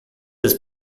has